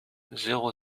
zéro